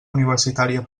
universitària